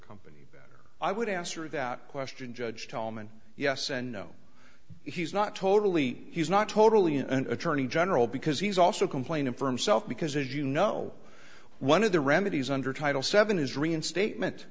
company better i would answer that question judge tolman yes and no he's not totally he's not totally an attorney general because he's also complaining from self because as you know one of the remedies under title seven is reinstatement